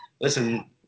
listen